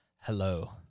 hello